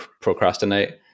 procrastinate